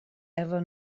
ever